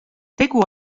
tegu